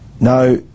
Now